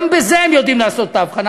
גם בזה הם יודעים לעשות את ההבחנה,